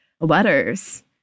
letters